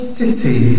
city